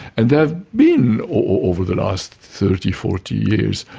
and there been over the last thirty, forty years,